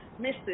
Mr